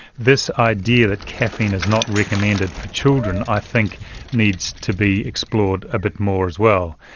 this idea that caffeine is not recommended for children i think needs to be explored a bit more as well.